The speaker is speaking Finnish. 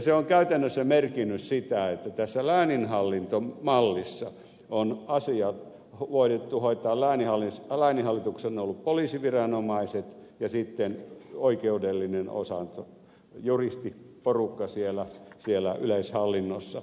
se on käytännössä merkinnyt sitä että tässä lääninhallintomallissa on asiat voitu hoitaa niin että lääninhallituksessa on ollut poliisiviranomaiset ja sitten oikeudellinen osa juristiporukka siellä yleishallinnossa